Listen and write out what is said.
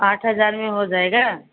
आठ हजार में हो जाएगा